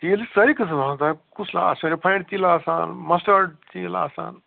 تیٖل چھِ سٲری قٕسٕم آسان تۄہہِ کُس رِفایِنٛڈ تیٖل آسان مَسٹٲڈ تیٖل آسان